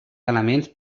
elements